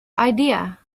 idea